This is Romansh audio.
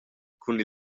cun